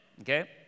okay